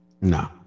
No